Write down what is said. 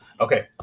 Okay